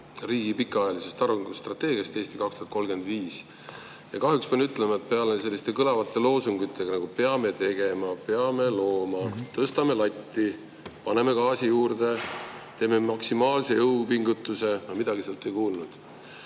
riigi pikaajalisest arengustrateegiast "Eesti 2035". Kahjuks pean ütlema, et peale kõlavate loosungite, et peame tegema, peame looma, tõstame latti, paneme gaasi juurde, teeme maksimaalse jõupingutuse, ma midagi sealt ei kuulnud.